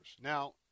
Now